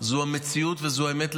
זו המציאות וזו אמת לאמיתה.